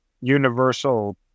universal